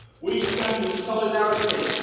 we stand in solidarity,